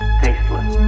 tasteless